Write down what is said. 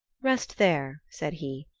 rest there, said he,